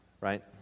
right